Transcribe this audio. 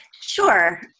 Sure